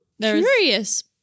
Curious